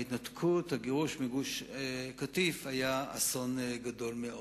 ההתנתקות, הגירוש מגוש-קטיף היה אסון גדול מאוד.